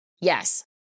Yes